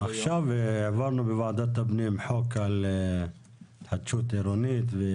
עכשיו העברנו בוועדת הפנים חוק על התחדשות עירונית.